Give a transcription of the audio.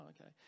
okay